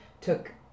took